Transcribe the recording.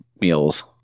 meals